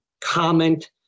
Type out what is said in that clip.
comment